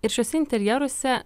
ir šiuose interjeruose